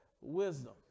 Wisdom